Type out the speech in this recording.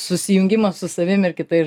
susijungimas su savim ir kitais